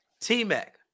T-Mac